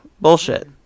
Bullshit